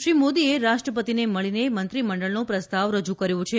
શ્રી મોદીએ રાષ્ટ્રપતિને મળીને મંત્રીમંડળનો પ્રસ્તાવ રજૂ કર્યો છે